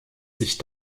sich